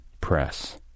Press